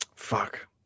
Fuck